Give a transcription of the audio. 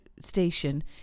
station